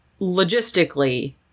logistically